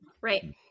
right